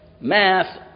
math